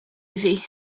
iddi